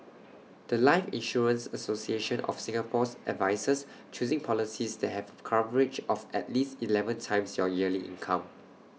The Life insurance association of Singapore's advises choosing policies that have A coverage of at least Eleven times your yearly income